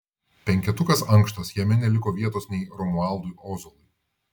penketukas ankštas jame neliko vietos nei romualdui ozolui